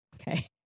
okay